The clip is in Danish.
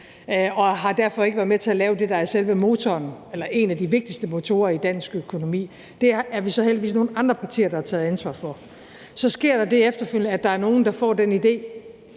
og har derfor ikke været med til at lave det, der er selve motoren eller en af de vigtigste motorer i dansk økonomi. Det er vi så heldigvis nogle andre partier, der har taget ansvar for. Så sker der det efterfølgende, at der er nogen, der får den idé